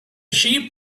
sheep